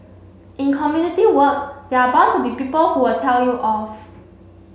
in community work they are bound to be people who will tell you off